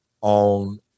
on